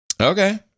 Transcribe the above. Okay